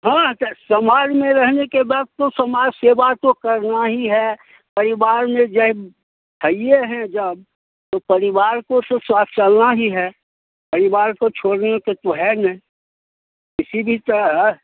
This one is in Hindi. हाँ स समाज में रहने के बाद तो समाज सेवा तो करना ही है परिवार में जय है ही हैं जब तो परिवार को तो स्वाथ्य चलना ही है परिवार को छोड़ने के तो है नहीं किसी भी था तरह